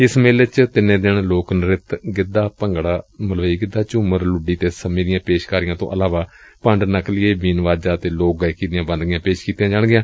ਇਸ ਮੇਲੇ ਚ ਤਿਨੋ ਦਿਨ ਲੋਕ ਨ੍ਤਿਤ ਗਿੱਧਾ ਭੰਗੜਾ ਮਲਵਈ ਗਿੱਧਾ ਝੁੰਮਰ ਲੁੱਡੀ ਅਤੇ ਸੰਮੀ ਦੀ ਪੇਸ਼ਕਾਰੀ ਤੋਂ ਇਲਾਵਾ ਭੰਡ ਨਕਲੀਏ ਬੀਨ ਵਾਜਾ ਅਤੇ ਲੋਕ ਗਾਇਕੀ ਦੀਆਂ ਵੰਨਗੀਆਂ ਪੇਸ਼ ਕੀਤੀਆਂ ਜਾਣਗੀਆਂ